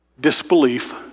Disbelief